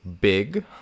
big